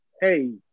Hey